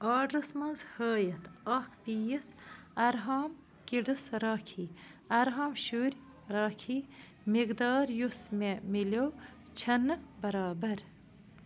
آرڈرَس منٛز ہٲیِتھ اَکھ پیٖس اَرہام کِڈٕس راکھی اَرہام شُرۍ راکھی مِقدار یُس مےٚ مِلیو چھَنہٕ برابر